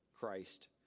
Christ